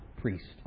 priest